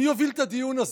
מי יוביל את הדיון הזה?